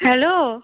hello